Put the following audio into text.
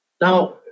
Now